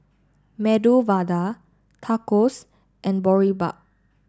Medu Vada Tacos and Boribap